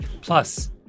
Plus